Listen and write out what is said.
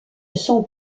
son